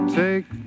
take